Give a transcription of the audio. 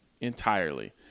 entirely